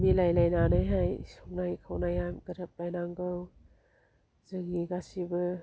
मिलायलायनानैहाय संनाय खावनाया गोरोब लायनांगौ जोंनि गासिबो